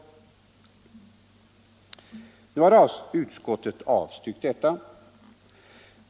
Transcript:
Nu har ut = det, m.m. skottet avstyrkt detta förslag.